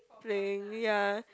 playing ya